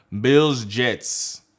Bills-Jets